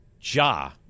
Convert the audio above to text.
Ja